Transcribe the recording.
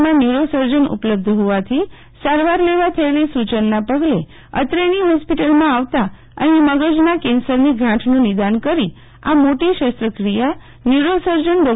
માં ન્યુરોસર્જનઉપલબ્ધ હોવાથી સારવાર લેવા થયેલા સૂચનના પગલે અત્રેની હોસ્પિટલમાં આવતા અહીમગજના કેન્સરની ગાંઠનું નિદાન કરી આ મોટી શસ્ત્રક્રિયાન્યુરોસર્જન ડો